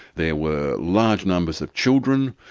there were large numbers of children,